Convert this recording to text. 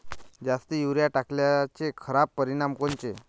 जास्त युरीया टाकल्याचे खराब परिनाम कोनचे?